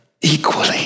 equally